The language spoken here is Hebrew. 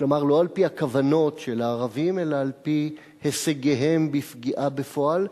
כלומר לא על-פי הכוונות של הערבים אלא על-פי הישגיהם בפגיעה בפועל.